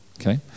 okay